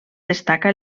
destaca